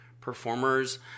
performers